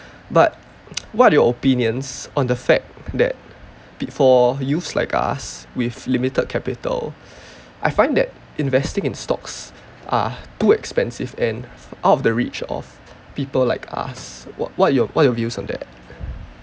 but what your opinions on the fact that for youths like us with limited capital I find that investing in stocks are too expensive and out of the reach of people like us wh~ what your what your views on that